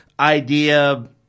idea